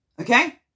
Okay